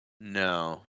no